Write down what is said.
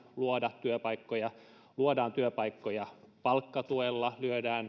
luoda työpaikkoja luodaan työpaikkoja palkkatuella